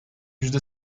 yüzde